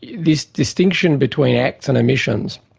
this distinction between acts and omissions,